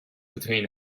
between